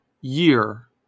year